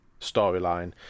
storyline